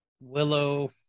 Willow